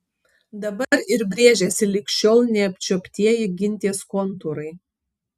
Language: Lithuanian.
dabar ir brėžiasi lig šiol neapčiuoptieji gintės kontūrai